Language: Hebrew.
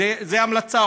אז זו המלצה,